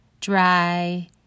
dry